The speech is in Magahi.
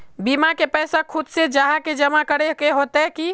बीमा के पैसा खुद से जाहा के जमा करे होते की?